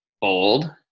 Bold